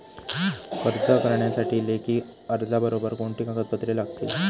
कर्ज करण्यासाठी लेखी अर्जाबरोबर कोणती कागदपत्रे लागतील?